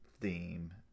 theme